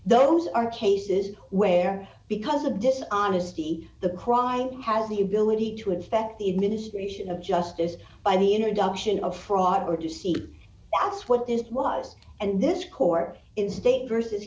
those are cases where because of dishonesty the crime has the ability to affect the administration of justice by the introduction of fraud or to see that's what this was and this court is state versus